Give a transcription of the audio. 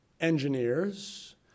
engineers